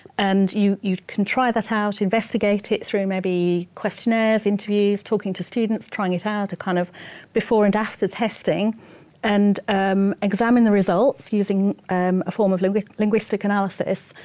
and you you can try that out, investigate it through maybe questionnaires, interviews, talking to students, trying it out to kind of before and after testing and um examine the results using um a form of linguistic linguistic analysis,